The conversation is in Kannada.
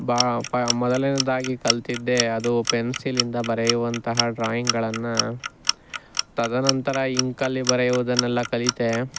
ಬಾ ಪ ಮೊದಲನೆದಾಗಿ ಕಲಿತದ್ದೇ ಅದು ಪೆನ್ಸಿಲಿಂದ ಬರೆಯುವಂತಹ ಡ್ರಾಯಿಂಗ್ಗಳನ್ನು ತದನಂತರ ಇಂಕಲ್ಲಿ ಬರೆಯುವುದನ್ನೆಲ್ಲ ಕಲಿತೆ